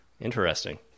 Interesting